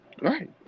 Right